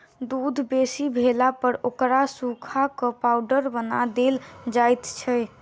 दूध बेसी भेलापर ओकरा सुखा क पाउडर बना देल जाइत छै